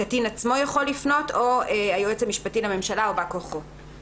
הקטין עצמו יכול לפנות או היועץ המשפטי לממשלה או בא כוחו.